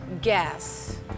guess